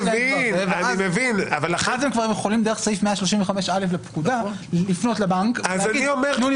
ואז הם כבר יכולים דרך סעיף 135(א) לפקודה לפנות לבנק ולהגיד: תנו לי,